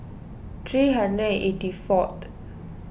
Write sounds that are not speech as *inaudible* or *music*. three and *unintelligible* eighty fourth